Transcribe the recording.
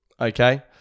Okay